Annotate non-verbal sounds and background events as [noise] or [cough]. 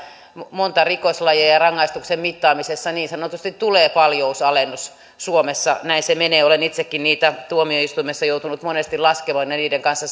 monta rikoslajia ja ja rangaistuksen mittaamisessa niin sanotusti tulee paljousalennus suomessa näin se menee olen itsekin niitä tuomioistuimessa joutunut monesti laskemaan ja ja niiden kanssa [unintelligible]